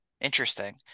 Interesting